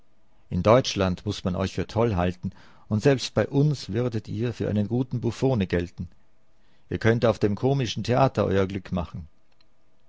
in deutschland muß man euch für toll halten und selbst bei uns würdet ihr für einen guten buffone gelten ihr könnt auf dem komischen theater euer glück machen